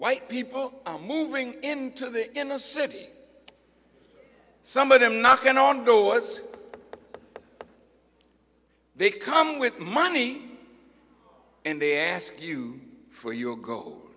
white people are moving into the inner city some of them knocking on doors they come with money and they ask you for your go